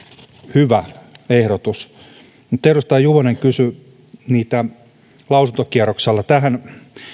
hyvä ehdotus edustaja juvonen kysyi lausuntokierroksella